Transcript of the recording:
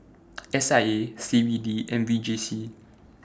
S I A C B D and V J C